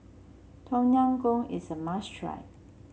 Tom Yam Goong is a must try